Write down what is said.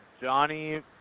Johnny